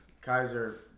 Kaiser